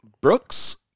Brooks